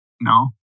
No